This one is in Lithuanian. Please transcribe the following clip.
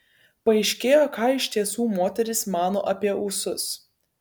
paaiškėjo ką iš tiesų moterys mano apie ūsus